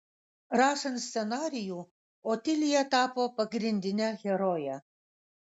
rašant scenarijų otilija tapo pagrindine heroje